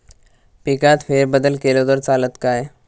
पिकात फेरबदल केलो तर चालत काय?